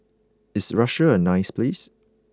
is Russia a nice place